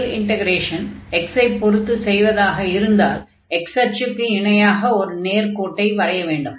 முதல் integration x ஐ பொருத்து செய்வதாக இருந்தால் x அச்சுக்கு இணையாக ஒரு நேர்க்கோட்டை வரைய வேண்டும்